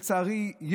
לצערי,